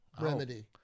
remedy